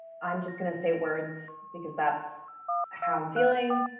i'm just gonna say words because that's how i'm feeling.